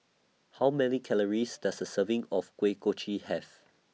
How Many Calories Does A Serving of Kuih Kochi Have